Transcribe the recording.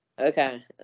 Okay